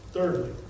Thirdly